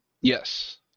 Yes